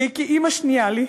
שהיא כאימא שנייה לי,